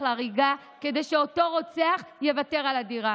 להריגה כדי שאותו רוצח יוותר על הדירה.